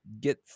get